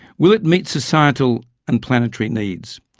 will it meet societal and planetary needs?